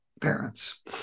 parents